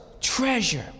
treasure